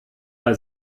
bei